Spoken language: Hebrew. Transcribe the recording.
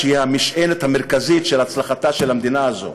שהיא המשענת המרכזית להצלחתה של המדינה הזאת.